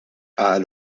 qal